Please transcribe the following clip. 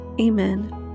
Amen